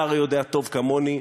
אתה הרי יודע טוב כמוני,